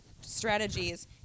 strategies